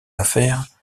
affaires